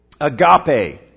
Agape